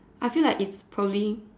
I feel like it's probably